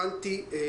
הבנתי,